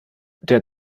der